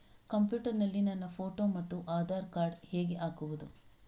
Computer ನಲ್ಲಿ ನನ್ನ photo ಮತ್ತು ಆಧಾರ್ ಕಾರ್ಡ್ ಹೇಗೆ ಹಾಕುವುದು?